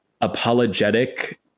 apologetic